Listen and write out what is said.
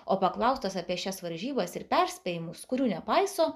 o paklaustas apie šias varžybas ir perspėjimus kurių nepaiso